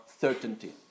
certainty